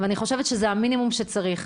ואני חושבת שזה המינימום שצריך.